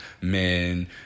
men